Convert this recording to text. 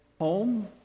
home